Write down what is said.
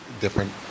different